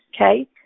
Okay